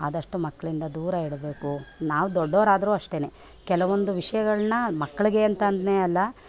ಆದಷ್ಟು ಮಕ್ಕಳಿಂದ ದೂರ ಇಡಬೇಕು ನಾವು ದೊಡ್ದವರಾದರೂ ಅಷ್ಟೆ ಕೆಲವೊಂದು ವಿಷಯಗಳ್ನ ಮಕ್ಕಳಿಗೆ ಅಂಥದ್ದನ್ನೇ ಅಲ್ಲ